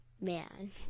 man